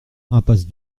impasse